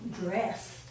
dressed